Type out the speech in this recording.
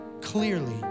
clearly